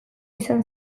izan